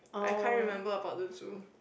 I can't remember about the zoo